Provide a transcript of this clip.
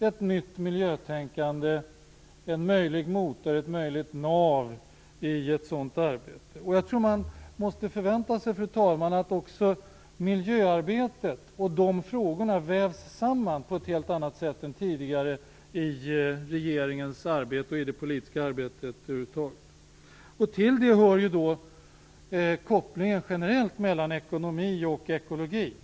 Ett nytt miljötänkande är en möjlig motor, ett möjligt nav, i ett sådant arbete. Fru talman! Jag tror att man måste förvänta sig att miljöarbetet och de frågorna vävs samman på ett helt annat sätt än tidigare i regeringens arbete och i det politiska arbetet över huvud taget. Till detta hör kopplingen generellt mellan ekonomi och ekologi.